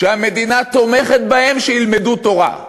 שהמדינה תומכת בהם שילמדו תורה.